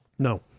No